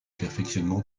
perfectionnement